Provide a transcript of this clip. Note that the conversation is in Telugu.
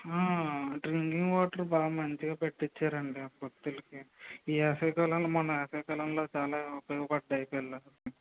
డ్రింకింగ్ వాటర్ బా మంచిగా పెట్టించారండి భక్తులకి ఈ వేసవి కాలంలో మొన్న వేసవి కాలంలో చాలా ఉపయోగపడ్డాయి పిలల్లకి